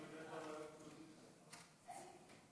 חבר הכנסת עבד אל חכים חאג' יחיא, נמצא,